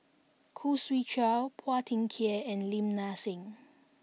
Khoo Swee Chiow Phua Thin Kiay and Lim Nang Seng